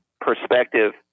perspective